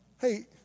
Hey